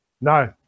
No